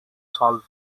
solve